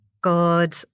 God